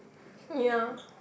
ya